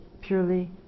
purely